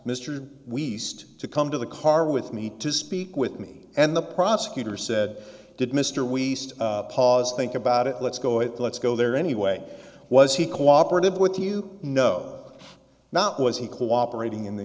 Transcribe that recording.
mr we still to come to the car with me to speak with me and the prosecutor said did mr we pause think about it let's go it let's go there anyway was he cooperative with you know not was he cooperating in the